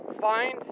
find